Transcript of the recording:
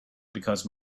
because